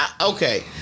okay